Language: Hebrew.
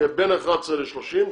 יהיה בין 11 ל-30,